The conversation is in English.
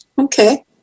Okay